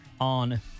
on